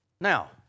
Now